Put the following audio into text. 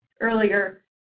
earlier